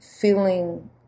feeling